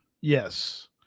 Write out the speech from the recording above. Yes